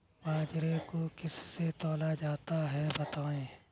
बाजरे को किससे तौला जाता है बताएँ?